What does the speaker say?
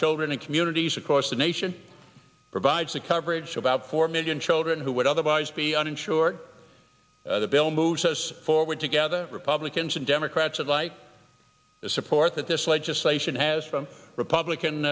children in communities across the nation provides the coverage for about four million children who would otherwise be uninsured the bill moves us forward together republicans and democrats alike the support that this legislation has from republican